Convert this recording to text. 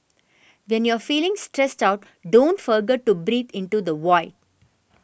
when you are feeling stressed out don't forget to breathe into the void